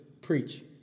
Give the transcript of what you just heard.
preach